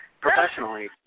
Professionally